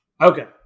Okay